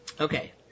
Okay